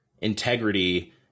integrity